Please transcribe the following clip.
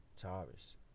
Taurus